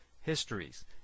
histories